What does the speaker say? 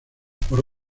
por